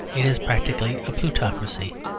it is practically a plutocracy.